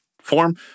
form